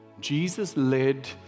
Jesus-led